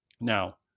Now